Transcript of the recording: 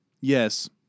Yes